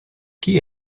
chi